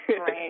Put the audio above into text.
right